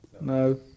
No